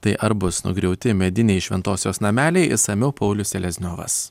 tai ar bus nugriauti mediniai šventosios nameliai išsamiau paulius selezniovas